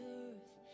earth